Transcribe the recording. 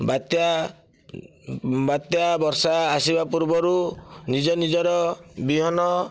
ବାତ୍ୟା ବାତ୍ୟା ବର୍ଷା ଆସିବା ପୂର୍ବରୁ ନିଜ ନିଜର ବିହନ